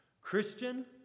Christian